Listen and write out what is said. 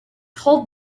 told